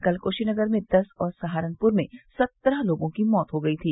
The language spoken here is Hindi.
कल कुशीनगर में दस और सहारनपुर में सत्रह लोगों की मौत हो गई थी